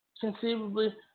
conceivably